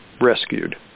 rescued